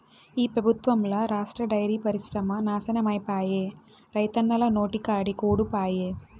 ఈ పెబుత్వంల రాష్ట్ర డైరీ పరిశ్రమ నాశనమైపాయే, రైతన్నల నోటికాడి కూడు పాయె